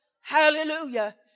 Hallelujah